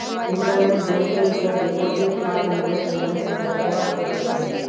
internet banking स deposit आर investment दख्वा स ख छ